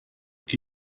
qui